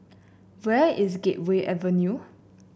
where is Gateway Avenue